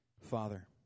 Father